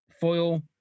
foil